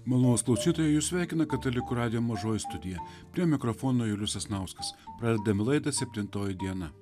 malonūs klausytojai jus sveikina katalikų radijo mažoji studija prie mikrofono julius sasnauskas pradedame laidą septintoji diena